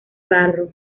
barro